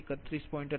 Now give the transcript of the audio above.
97 31